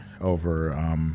over